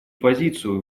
позицию